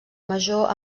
major